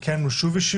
כי הייתה לנו שוב ישיבה.